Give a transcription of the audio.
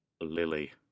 Lily